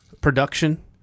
production